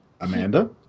Amanda